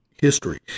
history